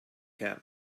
can